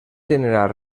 generar